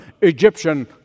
Egyptian